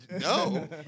no